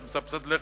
אתה מסבסד לחם,